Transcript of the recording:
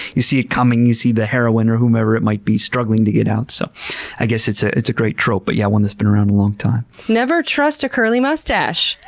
you see it coming. you see the heroine or whomever it might be struggling to get out. so ah it's ah it's a great trope but yeah one that's been around a long time. never trust a curly mustache.